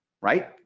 right